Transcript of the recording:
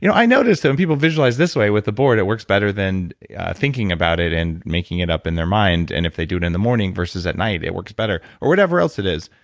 you know i notice so some people visualize this way with a board, it works better than thinking about it and making it up in their mind. and if they do it in the morning versus at night, it works better. or whatever else it is.